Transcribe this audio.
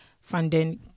funding